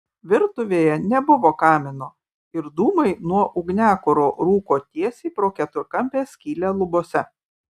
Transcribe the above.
virtuvėje nebuvo kamino ir dūmai nuo ugniakuro rūko tiesiai pro keturkampę skylę lubose